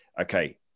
Okay